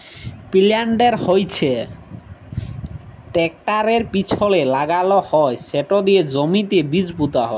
পিলান্টের হচ্যে টেরাকটরের পিছলে লাগাল হয় সেট দিয়ে জমিতে বীজ পুঁতা হয়